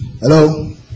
Hello